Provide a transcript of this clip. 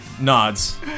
nods